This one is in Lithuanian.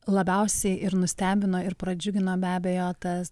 labiausiai ir nustebino ir pradžiugino be abejo tas